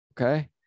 okay